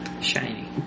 Shiny